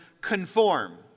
conform